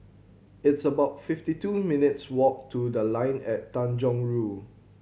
it's about fifty two minutes walk to The Line at Tanjong Rhu